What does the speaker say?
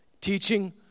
Teaching